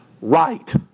right